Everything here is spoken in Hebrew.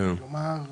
כלומר,